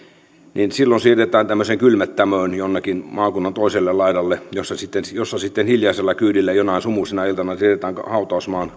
niin silloin siirretään tämmöiseen kylmettämöön jonnekin maakunnan toiselle laidalle jossa sitten hiljaisella kyydillä jonain sumuisena iltana siirretään hautausmaan